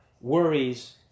worries